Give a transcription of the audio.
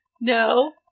No